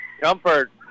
Comfort